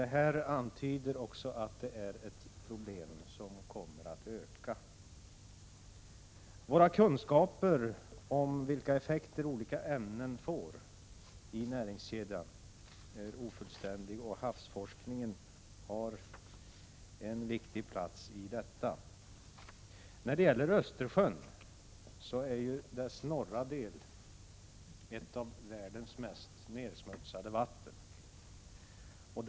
Det antyder att detta är ett problem som kommer att öka. Våra kunskaper om vilka effekter olika ämnen får i näringskedjan är ofullständiga, och havsforskningen har en viktig plats i det sammanhanget. Östersjöns norra del är ett av världens mest nedsmutsade vatten.